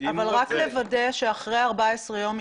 רק לוודא שאחרי 14 ימים,